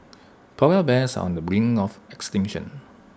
Polar Bears on the brink of extinction